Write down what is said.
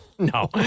No